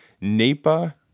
Napa